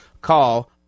call